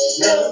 no